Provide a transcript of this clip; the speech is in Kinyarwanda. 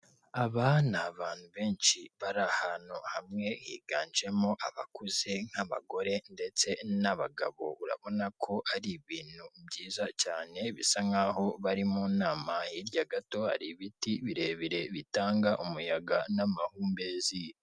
Aba ni abantu benshi bari ahantu hamwe, higanjemo abakuze nk'abagore ndetse n'abagabo, urabona ko ari ibintu byiza cyane; bisa nk'aho bari mu nama. Hirya gato hari ibiti birebire bitanga umuyaga n'amahumbezi.